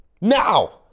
Now